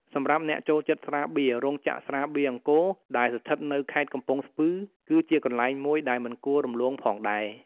សម្រាប់អ្នកចូលចិត្តស្រាបៀរ រោងចក្រស្រាបៀរអង្គរ ដែលស្ថិតនៅខេត្តកំពង់ស្ពឺ គឺជាកន្លែងមួយដែលមិនគួររំលងផងដែរ។